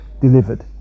delivered